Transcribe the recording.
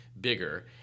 bigger